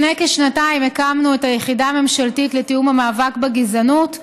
לפני כשנתיים הקמנו את היחידה הממשלתית לתיאום המאבק בגזענות,